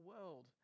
world